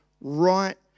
right